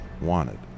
wanted